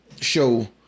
show